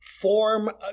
form